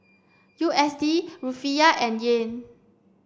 U S D Rufiyaa and Yen